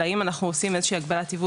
אלא אם אנחנו עושים איזו שהיא הגבלת ייבוא